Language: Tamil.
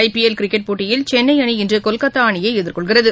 ஐபிஎல் கிரிக்கெட் போட்டியில் சென்னை அணி இன்று கொல்கத்தா அணியை எதிர்கொள்கிறது